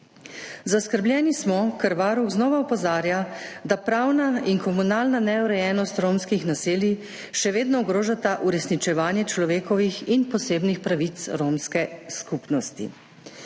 Zaskrbljeni smo, ker Varuh znova opozarja, da pravna in komunalna neurejenost romskih naselij še vedno ogrožata uresničevanje človekovih in posebnih pravic romske skupnosti.